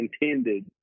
intended